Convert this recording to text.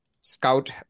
scout